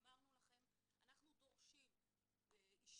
אנחנו יודעים שהן לא יכולות להתנות בחוזה,